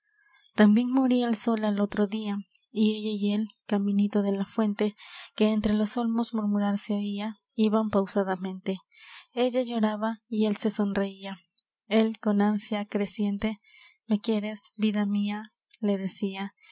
tambien moria el sol al otro dia y ella y él caminito de la fuente que entre los olmos murmurar se oia iban pausadamente ella lloraba y él se sonreia él con ánsia creciente me quieres vida mia le decia